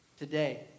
Today